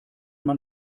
man